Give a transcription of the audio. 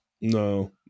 No